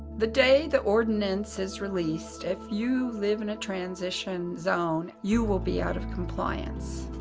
the day the ordinance is released, if you live in a transition zone, you will be out of compliance.